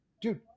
Dude